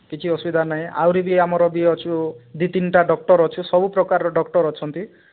କିଛି ଅସୁବିଧା ନାହିଁ ଆହୁରି ବି ଆମର ବି ଅଛୁ ଦୁଇ ତିନିଟା ଡକ୍ଟର ଅଛି ସବୁ ପ୍ରକାର ଡକ୍ଟର ଅଛନ୍ତି